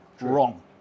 wrong